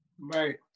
Right